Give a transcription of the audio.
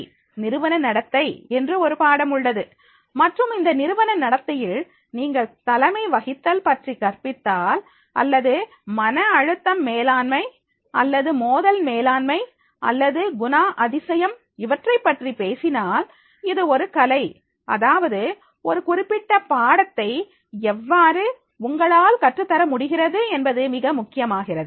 B நிறுவன நடத்தை என்று ஒரு பாடம் உள்ளது மற்றும் இந்த நிறுவன நடத்தையில் நீங்கள் தலைமை வகித்தல் பற்றி கற்பித்தால் அல்லது மன அழுத்தம் மேலாண்மை அல்லது மோதல் மேலாண்மை அல்லது குணாதிசயம் இவற்றைப் பற்றி பேசினால் இது ஒரு கலை அதாவது இந்த குறிப்பிட்ட பாடத்தை எவ்வாறு உங்களால் கற்றுத்தர முடிகிறது என்பது மிக முக்கியமாகிறது